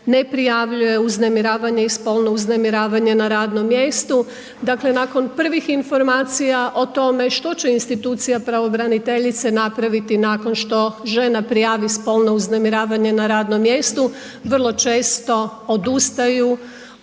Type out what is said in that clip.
ne prijavljuje uznemiravanje i spolno uznemiravanje na radnom mjestu. Dakle, nakon prvih informacija o tome što će institucija pravobraniteljice napraviti nakon što žena prijavi spolno uznemiravanje na radnom mjestu, vrlo često odustaju